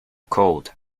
cold